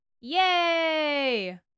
Yay